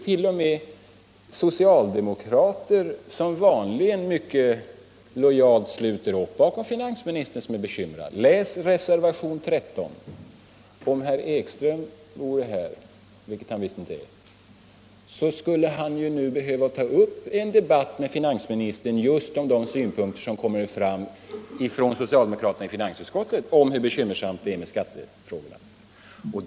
T. o. m. socialdemokrater, som vanligen mycket lojalt sluter upp bakom finansministern, är bekymrade. Läs reservationen 13! Om herr Ekström vore här — vilket han visst inte är — skulle han nu behöva ta upp en debatt med finansministern just om de synpunkter som kommer fram från socialdemokraterna i finansutskottet om hur bekymmersam skattefrågan är.